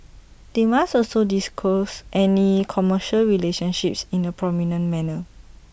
they must also disclose any commercial relationships in A prominent manner